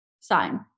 sign